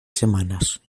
semanas